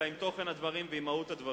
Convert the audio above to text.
אלא עם תוכן הדברים ועם מהות הדברים.